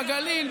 בגליל,